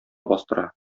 бастыра